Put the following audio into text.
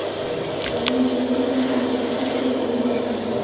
रानी मधुमक्खी सब मधुमक्खी कुल के रानी होखेली